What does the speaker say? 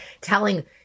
telling